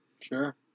Sure